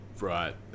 right